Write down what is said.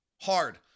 hard